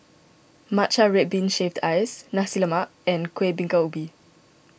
Matcha Red Bean Shaved Ice Nasi Lemak and Kueh Bingka Ubi